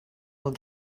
will